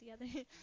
together